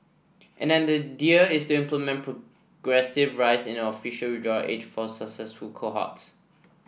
and an idea is to implement progressive rise in official withdrawal age for successive cohorts